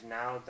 now